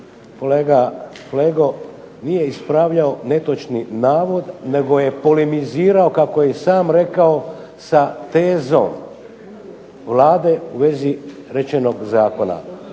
kolega Flego nije ispravljao netočni navod, nego je polemizirao kako je i sam rekao sa tezom Vlade u vezi rečenog zakona.